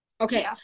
okay